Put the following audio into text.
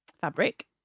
Fabric